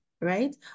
right